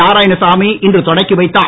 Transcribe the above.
நாராயணசாமி இன்று தொடக்கிவைத்தார்